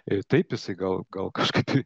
ir taip jisai gal gal kažkaip